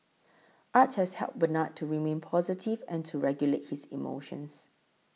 art has helped Bernard to remain positive and to regulate his emotions